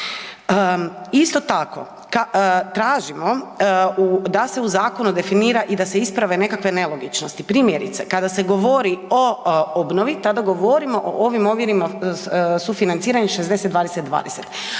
Isto tako tražimo da se u zakonu definira i da se isprave nekakve nelogičnosti. Primjerice, kada se govori o obnovi tada govorimo o ovim omjerima sufinanciranja 60:20:20,